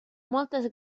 moltes